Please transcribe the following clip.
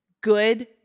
good